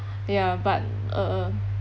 ya but uh